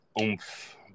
oomph